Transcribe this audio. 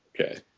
Okay